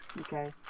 Okay